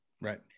Right